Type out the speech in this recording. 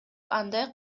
андай